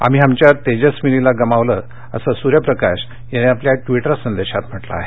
आम्ही आमच्या तेजस्विनीला गमावलं असं सूर्यप्रकाश यांनी आपल्या ट्विटरवरील शोकसंदेशात म्हटलं आहे